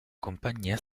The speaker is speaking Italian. compagnia